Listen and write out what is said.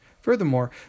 Furthermore